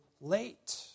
late